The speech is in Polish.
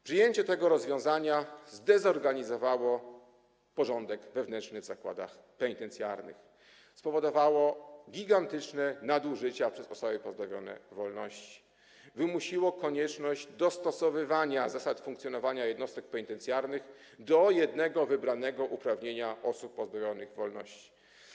Przyjęcie tego rozwiązania zdezorganizowało porządek wewnętrzny w zakładach penitencjarnych, spowodowało gigantyczne nadużycia dokonywane przez osoby pozbawione wolności, wymusiło konieczność dostosowywania zasad funkcjonowania jednostek penitencjarnych do jednego wybranego uprawnienia osób pozbawionych wolności.